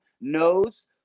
knows